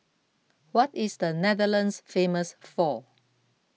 what is Netherlands famous for